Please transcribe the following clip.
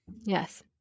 Yes